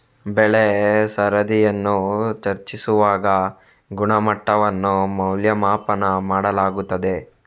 ಬೆಳೆ ಸರದಿಯನ್ನು ಚರ್ಚಿಸುವಾಗ ಗುಣಮಟ್ಟವನ್ನು ಮೌಲ್ಯಮಾಪನ ಮಾಡಲಾಗುತ್ತದೆ